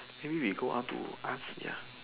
maybe we go out to ask ya